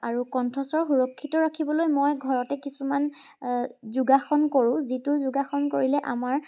আৰু কণ্ঠস্বৰ সুৰক্ষিত ৰাখিবলৈ মই ঘৰতে কিছুমান যোগাসন কৰোঁ যিটো যোগাসন কৰিলে আমাৰ